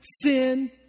sin